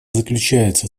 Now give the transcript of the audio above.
заключается